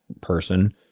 person